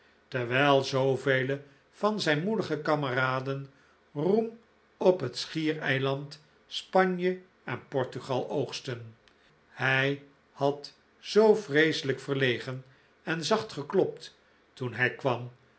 terwijl zoovele van zijn moedige kameraden roem op het schiereiland spanje en portugal oogstten hij had zoo vreeselijk verlegen en zacht geklopt toen hij kwam